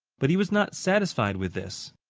but he was not satisfied with this.